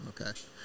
Okay